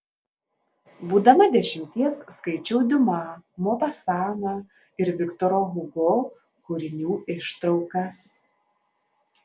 būdama dešimties skaičiau diuma mopasaną ir viktoro hugo kūrinių ištraukas